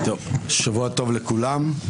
שבוע טוב לכולם.